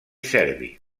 serbi